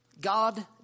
God